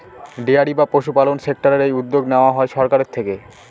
dairy বা পশুপালন সেক্টরের এই উদ্যোগ নেওয়া হয় সরকারের থেকে